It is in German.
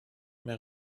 mehr